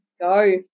go